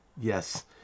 Yes